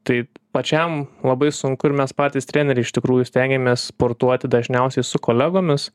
tai pačiam labai sunku ir mes patys treneriai iš tikrųjų stengiamės sportuoti dažniausiai su kolegomis